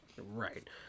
Right